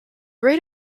rate